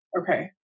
Okay